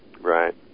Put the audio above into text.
Right